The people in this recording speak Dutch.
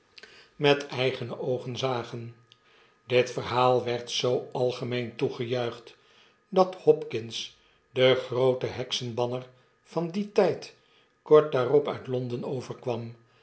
met eigene oogen zagen dit verhaal werd zoo algemeen toegejuicht dat hopkins de grooteheksenbanner van dien tyd kort daarop uit londen overkwam